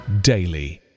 daily